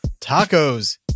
tacos